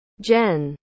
Jen